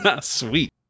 sweet